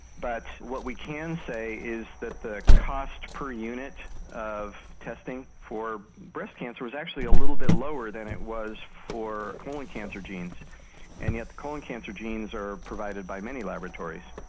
but what we can say is that the cost per unit of testing for breast cancer is actually a little bit lower than it was for colon cancer genes and yet colon cancer genes are provided by many laboratories.